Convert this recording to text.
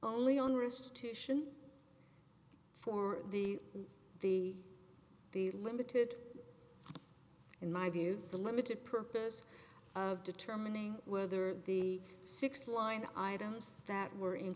only on wrist to sion for the the the limited in my view the limited purpose of determining whether the six line items that were in